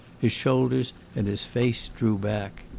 his shoulders and his face drew back.